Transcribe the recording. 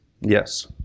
Yes